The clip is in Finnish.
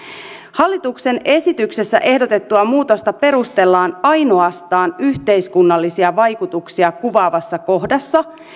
hallituksen esityksessä ehdotettua muutosta perustellaan ainoastaan yhteiskunnallisia vaikutuksia kuvaavassa kohdassa